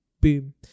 Boom